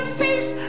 face